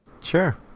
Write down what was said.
sure